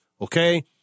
okay